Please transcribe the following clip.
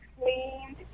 cleaned